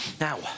Now